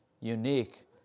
unique